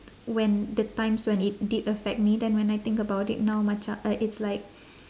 when the times when it did affect me then when I think about it now maca~ uh it's like